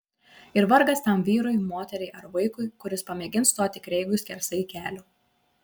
ir vargas tam vyrui moteriai ar vaikui kuris pamėgins stoti kreigui skersai kelio